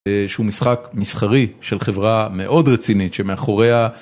שהוא משחק מסחרי של חברה מאוד רצינית, שמאחוריה...